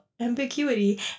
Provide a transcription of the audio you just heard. ambiguity